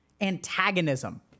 antagonism